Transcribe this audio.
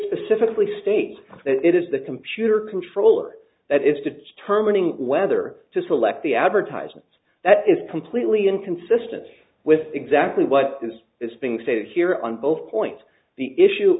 specifically states that it is the computer controller that is determining whether to select the advertisements that is completely inconsistent with exactly what is being said here on both point the issue